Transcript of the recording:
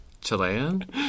Chilean